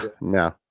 no